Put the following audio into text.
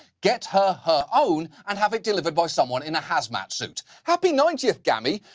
get her her own and have it delivered by someone in a hazmat suit. happy ninetieth, gammy.